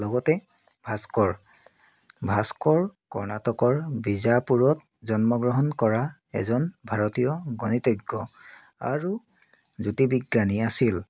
লগতে ভাস্কৰ ভাস্কৰ কৰ্ণাটকৰ বিজাপুৰত জন্ম গ্ৰহণ কৰা এজন ভাৰতীয় গণিতজ্ঞ আৰু জ্যোতিৰ্বিজ্ঞানী আছিল